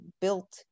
built